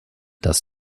das